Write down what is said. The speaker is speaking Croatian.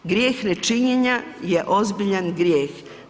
Grijeh nečinjenja je ozbiljan grijeh.